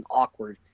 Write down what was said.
awkward